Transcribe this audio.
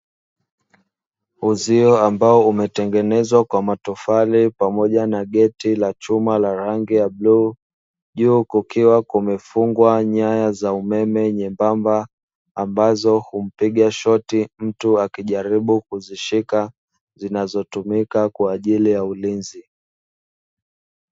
Uzio ambao umetengenezwa kwa matofali pamoja na geti la chuma la rangi ya bluu, juu kukiwa zimefungwa nyaya za umeme nyembamba; ambazo kumpiga shoti mtu akijaribu kuzishika zinazotumika kwa ajili ya ulinzi.